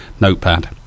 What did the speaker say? notepad